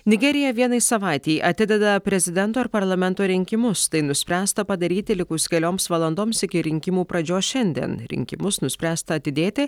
nigerija vienai savaitei atideda prezidento ir parlamento rinkimus tai nuspręsta padaryti likus kelioms valandoms iki rinkimų pradžios šandien rinkimus nuspręsta atidėti